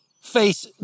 face